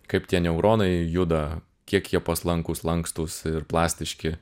kaip tie neuronai juda kiek jie paslankūs lankstūs ir plastiški